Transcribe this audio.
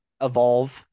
evolve